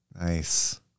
Nice